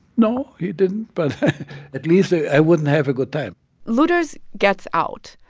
no, he didn't. but at least, i wouldn't have a good time luders gets out.